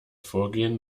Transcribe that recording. vorgehen